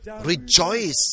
Rejoice